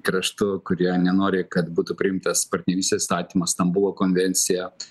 kraštu kurie nenori kad būtų priimtas partnerystės įstatymas stambulo konvencija